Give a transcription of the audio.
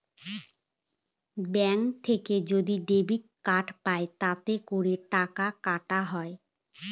bank থেকে যদি debit card পাই তাতে করে টাকা কাটা হয়